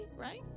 right